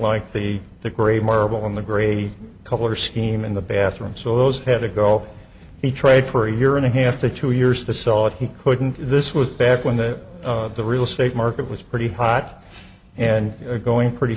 like the the gray marble in the gray color scheme in the bathroom so those had to go the trade for a year and a half to two years to sell it he couldn't this was back when that the real estate market was pretty hot and going pretty